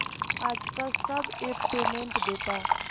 आजकल सब app payment देता